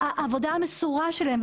העבודה המסורה שלהם.